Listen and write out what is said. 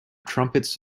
trumpets